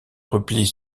replient